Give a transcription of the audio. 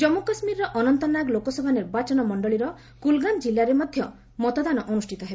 ଜଜ୍ଜୁ କାଶ୍କୀରର ଅନନ୍ତନାଗ ଲୋକସଭା ନିର୍ବାଚନ ମଣ୍ଡଳୀର କୁଲଗାମ୍ ଜିଲ୍ଲାରେ ମଧ୍ୟ ମତଦାନ ଅନୁଷ୍ଠିତ ହେବ